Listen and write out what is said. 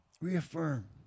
reaffirm